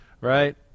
right